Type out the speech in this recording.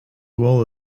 well